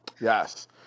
Yes